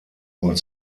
und